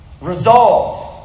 Resolved